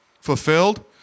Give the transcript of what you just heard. Fulfilled